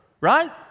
right